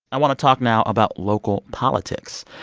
i want to talk now about local politics.